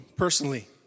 personally